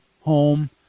home